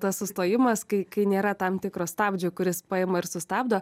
tas sustojimas kai kai nėra tam tikro stabdžio kuris paima ir sustabdo